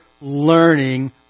learning